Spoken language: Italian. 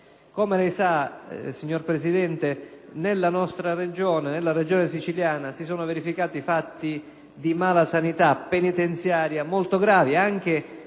Come lei sa, signor Presidente, nella nostra Regione siciliana, si sono verificati fatti di malasanità penitenziari molto gravi; anche